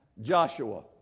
Joshua